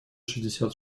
шестьдесят